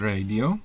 Radio